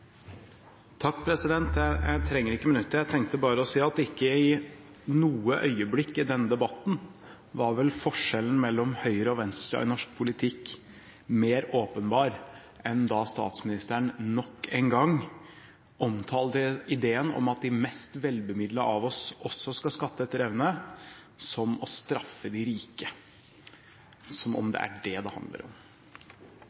Jeg trenger ikke minuttet. Jeg tenkte bare å si at ikke i noe øyeblikk i denne debatten var vel forskjellen mellom høyre- og venstresiden i norsk politikk mer åpenbar enn da statsministeren nok en gang omtalte ideen om at de mest velbemidlede av oss også skal skatte etter evne, som å straffe de rike – som om